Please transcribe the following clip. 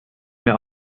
mehr